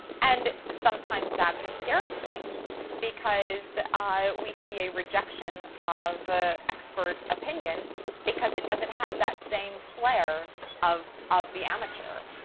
and sometimes that's a scary thing because ah we see a rejection of ah expert opinion because it doesn't have that same flair of of the amateur.